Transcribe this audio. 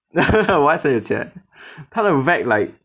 Y_S 很有钱他的 bag like